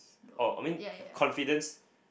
oh I mean confidence